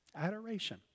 Adoration